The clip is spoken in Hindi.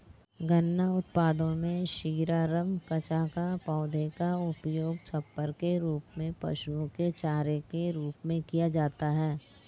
गन्ना उत्पादों में शीरा, रम, कचाका, पौधे का उपयोग छप्पर के रूप में, पशुओं के चारे के रूप में किया जाता है